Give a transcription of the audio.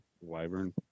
Wyvern